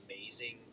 amazing